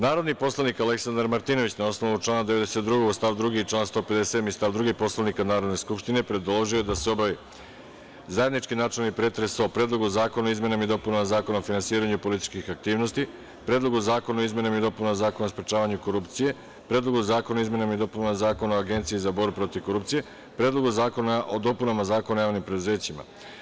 Narodni poslanik Aleksandar Martinović, na osnovu člana 92. stav 2. i člana 157. stav 2. Poslovnika Narodne skupštine, predložio je da se obavi zajednički načelni pretres o Predlogu zakona o izmenama i dopunama Zakona o finansiranju i političkih aktivnosti, Predlogu zakona o izmenama i dopunama Zakona o sprečavanju korupcije, Predlogu zakona o izmenama i dopunama Zakona o Agenciji za borbu protiv korupcije i Predlogu zakona o dopunama Zakona o javnim preduzećima.